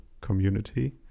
community